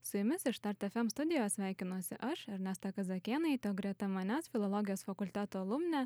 su jumis iš štart fm studijos sveikinuosi aš ernesta kazakėnaitė o greta manęs filologijos fakulteto alumnė